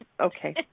Okay